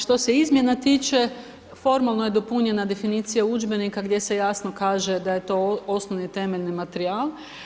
Što se izmjena tiče, formalno je dopunjena definicija udžbenika gdje se jasno kaže da je to osnovni temeljni materijal.